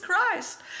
Christ